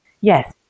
Yes